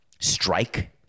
strike